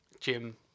Jim